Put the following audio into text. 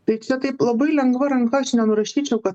tai čia taip labai lengva ranka aš nenurašyčiau kad